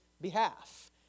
behalf